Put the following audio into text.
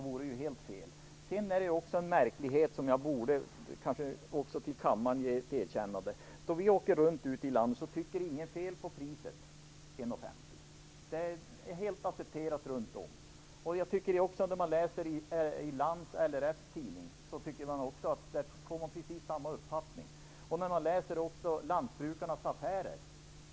Jag skall nämna något som är märkligt. När vi åker runt i landet anser ingen att det är något fel på priset 1:50 kr. Det är helt accepterat. När man läser LRF:s tidning Land får man precis samma uppfattning. Detsamma gäller när man läser Lantbrukarnas affärer.